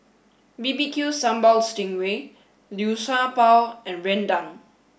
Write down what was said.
B B Q Sambal Sting Ray Liu Sha Bao and Rendang